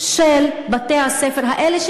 של בתי-הספר האלה,